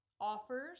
offers